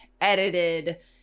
edited